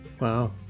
wow